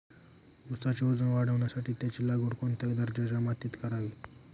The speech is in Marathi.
ऊसाचे वजन वाढवण्यासाठी त्याची लागवड कोणत्या दर्जाच्या मातीत करावी?